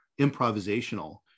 improvisational